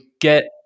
get